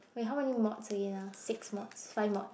wait how many mods again ah six mods five mods